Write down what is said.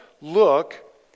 look